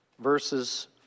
verses